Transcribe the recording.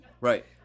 Right